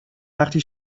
وقتی